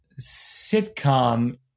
sitcom